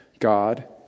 God